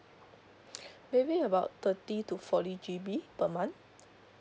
maybe about thirty to forty G_B per month